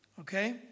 okay